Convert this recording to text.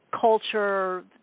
culture